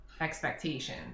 expectation